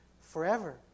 forever